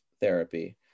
therapy